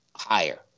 higher